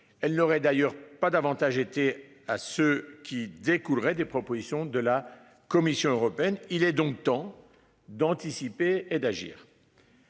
Elle n'aurait d'ailleurs pas davantage été à ce qui découlerait des propositions de la Commission européenne. Il est donc temps d'anticiper et d'agir.